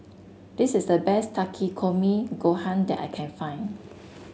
this is the best Takikomi Gohan that I can find